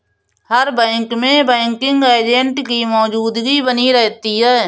हर bank में banking agent की मौजूदगी बनी रहती है